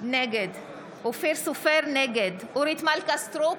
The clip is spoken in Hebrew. נגד אורית מלכה סטרוק,